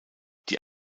die